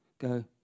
go